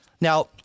Now